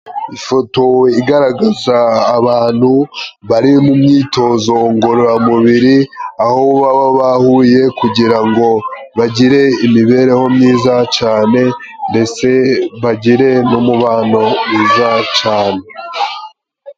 Ifoto igaragaza abantu bari mu myitozo ngororamubiri, aho baba bahuye kugira ngo bagire imibereho myiza cane, ndetse bagire n'umubano mwiza cane.